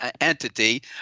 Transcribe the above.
entity